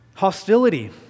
Hostility